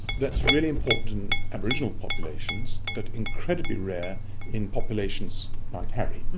that's really important in aboriginal populations but incredibly rare in populations like harry.